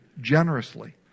generously